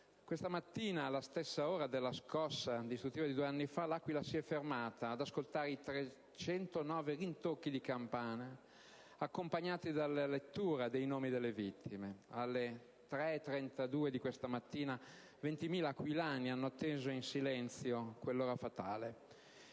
Questa mattina, alla stessa ora della scossa distruttiva di due anni fa, L'Aquila si è fermata ad ascoltare i 309 rintocchi di campana accompagnati dalla lettura dei nomi delle vittime; alle ore 3,32 di questa mattina 20.000 aquilani hanno atteso in silenzio quell'ora fatale.